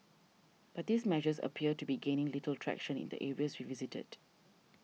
but these measures appear to be gaining little traction in the areas we visited